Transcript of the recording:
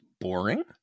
boring